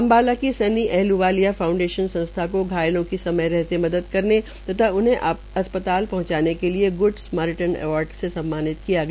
अम्बाला के सन्नी आहलूवालिया फाउंडेशन संस्था को घायलों की समय रहते मदद करने तथा उन्हें अस्पताल पहुंचाने के लिए गुड स्माटिरन अवार्ड से सम्मानित किया गया